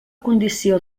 condició